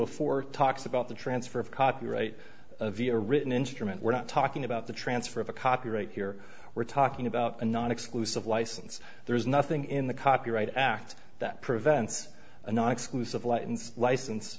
of four talks about the transfer of copyright via written instrument we're not talking about the transfer of a copyright here we're talking about a non exclusive license there is nothing in the copyright act that prevents a non exclusive lightens license